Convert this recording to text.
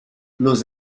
los